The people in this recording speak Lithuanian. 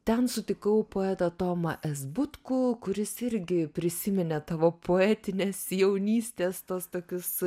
ten sutikau poetą tomą s butkų kuris irgi prisiminė tavo poetinės jaunystės tuos tokius